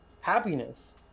happiness